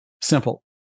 simple